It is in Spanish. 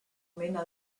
mena